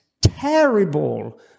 terrible